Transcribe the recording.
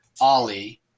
Ollie